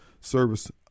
service